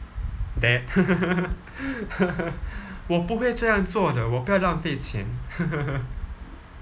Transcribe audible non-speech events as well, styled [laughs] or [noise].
that [laughs] 我不会这样做的我不要浪费钱